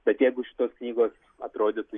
bet jeigu šitos knygos atrodytų